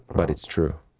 but it's true.